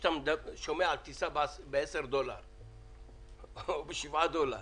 כשאתה שומע על טיסה ב-10 דולר או בשבעה דולר,